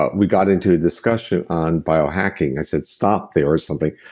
ah we got into a discussion on biohacking. i said stop, there is something,